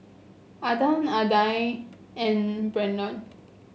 Adan Aidan and Brennon